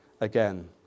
again